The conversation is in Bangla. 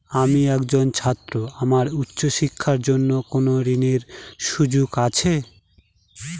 আমি একজন ছাত্র আমার উচ্চ শিক্ষার জন্য কোন ঋণের সুযোগ আছে?